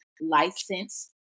licensed